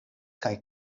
kaj